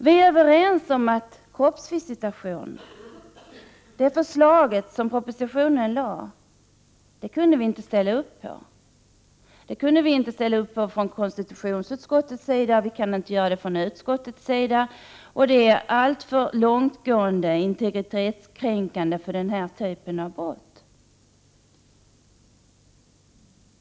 Vi var i utskottet överens om att vi inte kunde gå med på förslaget i propositionen om kroppsvisitation — det kunde varken konstitutionsutskottet eller justitieutskottet göra. Det skulle innebära en alltför långtgående integritetskränkning för denna typ av brott.